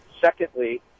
Secondly